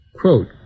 Quote